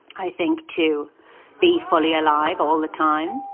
i think, to be fully alive all the time.